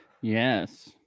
Yes